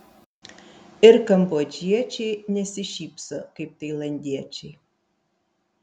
ir kambodžiečiai nesišypso kaip tailandiečiai